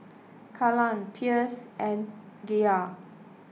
Kaylan Pierce and Gayla